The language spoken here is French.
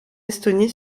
estonie